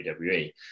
WWE